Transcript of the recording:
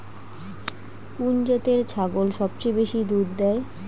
কুন জাতের ছাগল সবচেয়ে বেশি দুধ দেয়?